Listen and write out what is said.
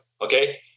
okay